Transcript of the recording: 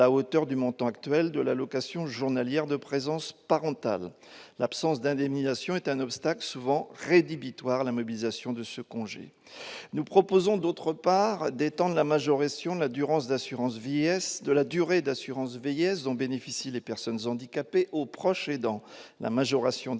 hauteur du montant actuel de l'allocation journalière de présence parentale. L'absence d'indemnisation est un obstacle souvent rédhibitoire à la mobilisation de ce congé. Nous proposons, ensuite, d'étendre la majoration de la durée de cotisation à l'assurance vieillesse dont bénéficient les personnes handicapées aux proches aidants. Une majoration d'un